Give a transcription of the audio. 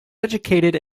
educated